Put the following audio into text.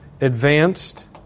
advanced